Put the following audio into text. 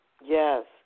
Yes